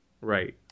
Right